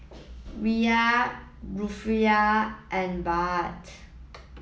Riyal Rufiyaa and Baht